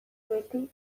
beti